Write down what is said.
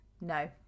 No